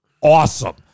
awesome